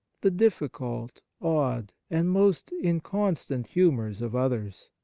the difficult, odd, and most inconstant humours of others,